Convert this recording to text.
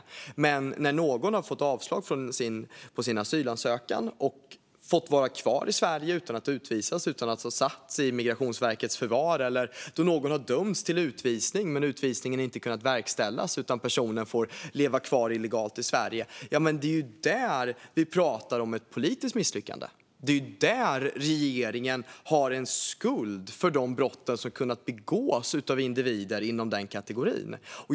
Det är en annan sak när någon har fått avslag på sin asylansökan och fått vara kvar i Sverige utan att utvisas och utan att ha satts i Migrationsverkets förvar eller då någon har dömts till utvisning men utvisningen inte kunnat verkställas utan personen får leva kvar illegalt i Sverige. Det är där vi pratar om ett politiskt misslyckande. Det är där regeringen har en skuld för de brott som kunnat begås av individer inom den kategorin.